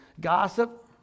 Gossip